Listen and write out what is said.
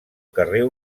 carrer